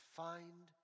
find